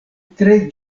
tre